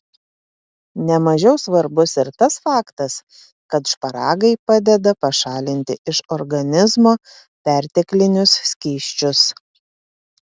ne mažiau svarbus ir tas faktas kad šparagai padeda pašalinti iš organizmo perteklinius skysčius